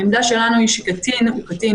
העמדה שלנו היא שקטין הוא קטין,